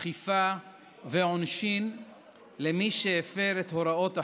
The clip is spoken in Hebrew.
אכיפה ועונשין למי שהפר את הוראות החוק,